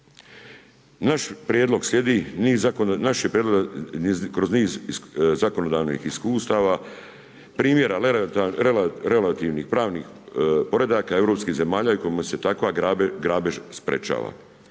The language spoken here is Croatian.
Naš prijedlog slijedi kroz niz zakonodavnih iskustava, primjera relativnih pravnih poredaka europskih zemalja kojima se takva grabež sprečava.